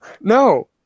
No